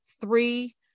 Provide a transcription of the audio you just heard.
three